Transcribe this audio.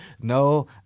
No